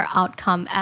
outcome